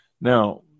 Now